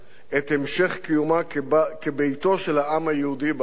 את המשך קיומה כביתו של העם היהודי בארץ